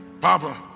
Papa